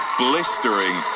blistering